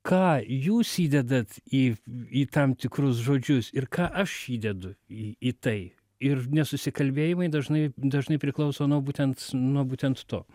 ką jūs įdedat į į tam tikrus žodžius ir ką aš įdedu į tai ir nesusikalbėjimai dažnai dažnai priklauso nuo būtent nuo būtent to